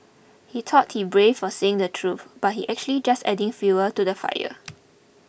he thought he's brave for saying the truth but he's actually just adding fuel to the fire